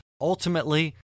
ultimately